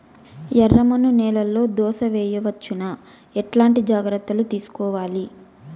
ఎర్రమన్ను నేలలో దోస వేయవచ్చునా? ఎట్లాంటి జాగ్రత్త లు తీసుకోవాలి?